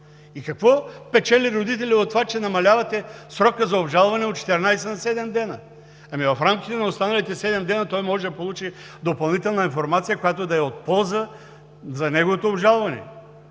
и какво печели родителят от това, че намалявате срока за обжалване от 14 на 7 дни? Ами в рамките на останалите 7 дни той може да получи допълнителна информация, която да е от полза за неговото обжалване.